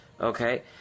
Okay